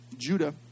Judah